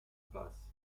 passes